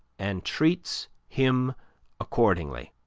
and treats him accordingly.